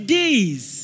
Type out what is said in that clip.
days